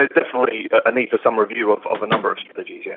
ah definitely a need for some review of of a number of strategies, yes.